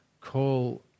call